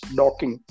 docking